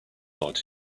lot